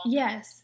yes